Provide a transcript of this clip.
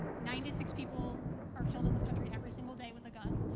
ninety six people are killed in this country every single day with a gun.